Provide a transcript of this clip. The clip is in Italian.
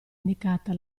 indicata